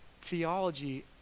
theology